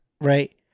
Right